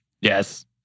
Yes